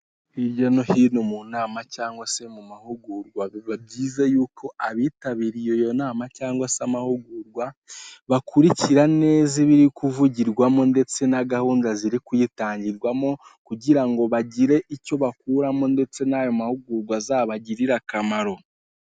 Hirya no hino mu nama cyangwa se mu mahugurwa biba byiza yuko abitabiriye iyo nama cyangwa se amahugurwa bakurikira neza ibiri kuvugirwamo ndetse na gahunda ziri kuyitangirwamo kugira ngo bagire icyo bakuramo ndetse n'ayo mahugurwa azabagirire akamaro.